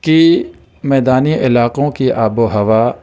کہ میدانی علاقوں کی آب و ہوا